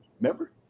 Remember